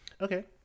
Okay